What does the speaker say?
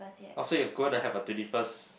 !wah! so you gonna have your twenty first